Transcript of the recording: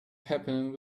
happening